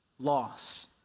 loss